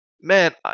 man